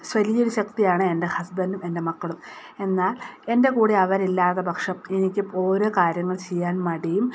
വലിയൊരു ശക്തിയാണ് എന്റെ ഹസ്ബന്റും എന്റെ മക്കളും എന്നാൽ എന്റെ കൂടെ അവരില്ലാത്ത പക്ഷം എനിക്കിപ്പോൾ ഓരോ കാര്യങ്ങൾ ചെയ്യാൻ മടിയും